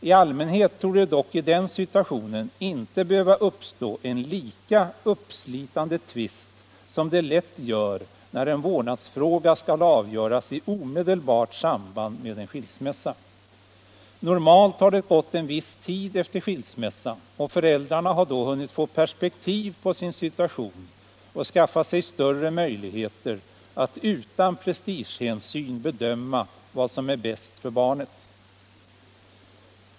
I allmänhet torde det dock i den situationen inte behöva uppstå en lika uppslitande tvist som det lätt gör när en vårdnadsfråga skall avgöras i omedelbart samband med en skilsmässa. Normalt har det gått en viss tid efter skilsmässan, och föräldrarna har då hunnit få perspektiv på sin situation och skaffat sig större möjligheter att utan prestigehänsyn bedöma vad som är bäst för barnet.